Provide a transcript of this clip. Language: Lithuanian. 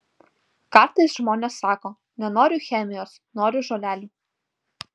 kartais žmonės sako nenoriu chemijos noriu žolelių